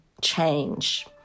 change